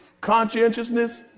conscientiousness